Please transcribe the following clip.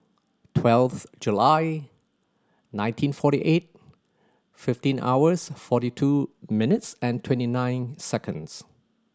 twelve July nineteen forty eight fifteen hours forty two minutes and twenty nine seconds